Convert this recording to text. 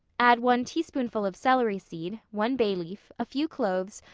add one teaspoonful of celery seed, one bay-leaf, a few cloves,